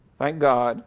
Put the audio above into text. thank god